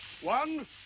One